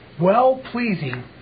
well-pleasing